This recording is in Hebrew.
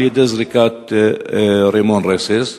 על-ידי זריקת רימון רסס.